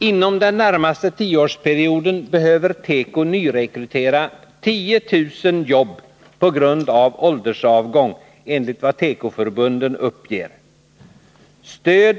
Inom den närmaste tioårsperioden behöver man inom teko nyrekrytera 10 000 personer på grund av åldersavgång, enligt vad tekoför 7 Riksdagens protokoll 1980/81:158-159 bunden uppger.